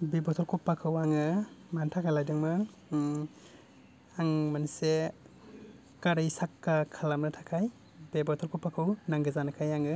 बे बथल कफाखौ आङो मानि थाखाय लायदोंमोन आं मोनसे गारि साखा खालामनो थाखाय बे बथल कफाखौ नांगौ जानाय आङो